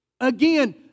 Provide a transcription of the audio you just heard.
Again